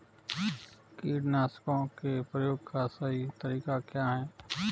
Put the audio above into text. कीटनाशकों के प्रयोग का सही तरीका क्या है?